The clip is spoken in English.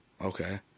Okay